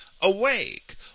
Awake